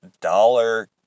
Dollar